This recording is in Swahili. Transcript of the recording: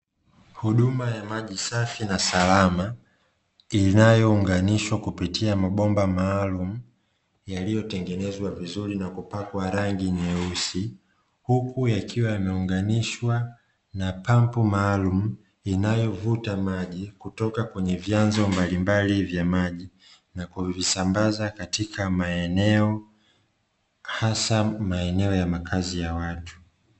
Huduma ya maji safi na salama inayounganishwa kupitia mabomba maalumu, yaliyotengenezwa vizuri na kupakwa rangi nyeusi maalum inayovuta maji kutoka kwenye vyanzo mbalimbali vya maji, na kwa visa ambazo katika maeneo hasa maeneo ya makazi ya watu.